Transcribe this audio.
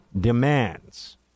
demands